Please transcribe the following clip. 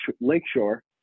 Lakeshore